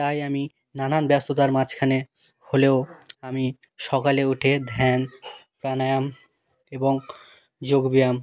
তাই আমি নানান ব্যস্ততার মাঝখানে হলেও আমি সকালে উঠে ধ্যান প্রাণায়াম এবং যোগব্যায়াম